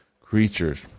creatures